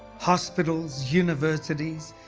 hospitals, universities,